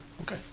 Okay